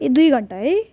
ए दुई घन्टा है